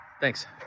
thanks